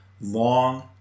long